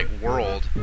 world